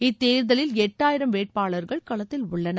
இத்தேர்தலில் எட்டாயிரம் வேட்பாளர்கள் களத்தில் உள்ளனர்